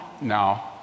now